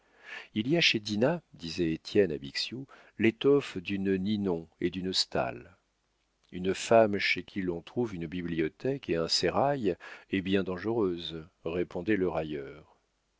il y a chez dinah disait étienne à bixiou l'étoffe d'une ninon et d'une staël une femme chez qui l'on trouve une bibliothèque et un sérail est bien dangereuse répondait le railleur